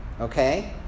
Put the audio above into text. okay